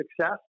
success